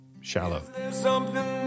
Shallow